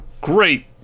great